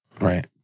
Right